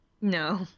No